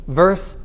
verse